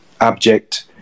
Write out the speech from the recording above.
abject